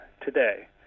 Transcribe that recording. today